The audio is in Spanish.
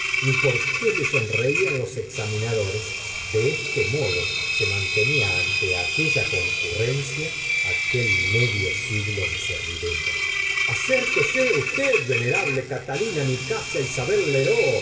ni por qué la sonreían los examinadores de este modo se mantenía ante aquella concurrencia aquel medio siglo de servidumbre acérquese usted venerable catalina nicasiaisabel lereux